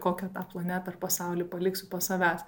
kokią tą planetą ar pasaulį paliksiu po savęs